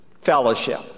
fellowship